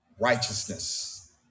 righteousness